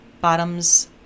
bottoms